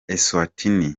eswatini